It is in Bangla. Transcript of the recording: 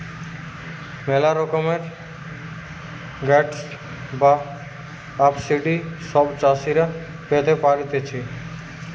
ম্যালা রকমের গ্রান্টস আর সাবসিডি সব চাষীরা পেতে পারতিছে